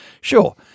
Sure